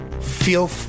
feel